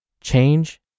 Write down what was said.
change